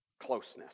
closeness